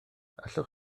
allwch